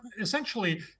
essentially